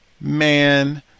man